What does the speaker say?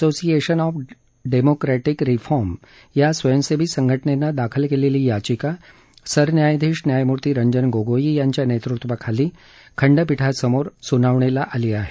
association of democratic reform या स्वयंसेवी संघटनेनं दाखल केलेली याचिका सरन्यायाधीश न्यायमूर्ती रंजन गोगोई यांच्या नेतृत्वाखाली खंडपीठासमोर सुनावणीला आली आहे